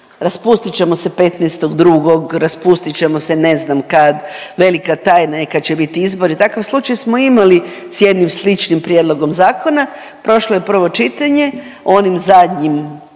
raspustit ćemo se 15.2., raspustit ćemo se, ne znam kad, velika tajna je kad će biti izbori i takav slučaj smo imali s jednim sličnim prijedlogom zakona, prošlo je prvo čitanje, onim zadnjim,